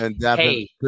hey